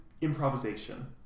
improvisation